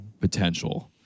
potential